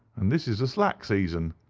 and this is the slack season.